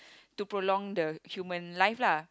to prolong the human life lah